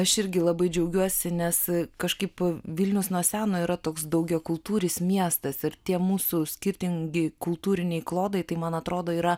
aš irgi labai džiaugiuosi nes kažkaip vilnius nuo seno yra toks daugiakultūris miestas ir tie mūsų skirtingi kultūriniai klodai tai man atrodo yra